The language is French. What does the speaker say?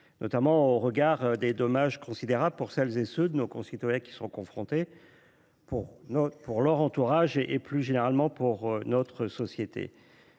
notamment au regard des dommages considérables pour ceux de nos concitoyens qui y sont confrontés, pour leur entourage et pour notre société.